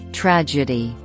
tragedy